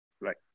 Right